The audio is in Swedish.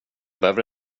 behöver